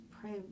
pray